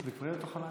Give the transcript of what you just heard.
בבקשה.